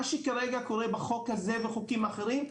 מה שכרגע קורה בחוק הזה ובחוקים אחרים,